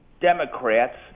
Democrats